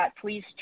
please